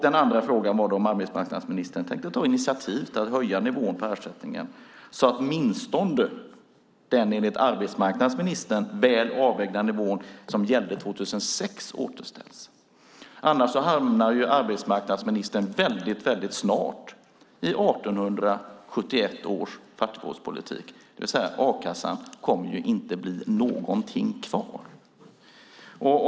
Den andra frågan var om arbetsmarknadsministern tänkte ta initiativ till att höja nivån på ersättningen så att åtminstone den enligt arbetsmarknadsministern väl avvägda nivå som gällde 2006 återställs. Annars hamnar arbetsmarknadsministern väldigt snart i 1871 års fattigvårdspolitik, det vill säga att det inte kommer att bli någonting kvar av a-kassan.